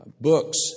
books